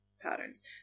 patterns